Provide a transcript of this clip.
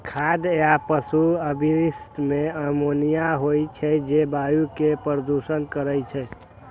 खाद आ पशु अवशिष्ट मे अमोनिया होइ छै, जे वायु कें प्रदूषित करै छै